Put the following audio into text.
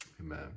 amen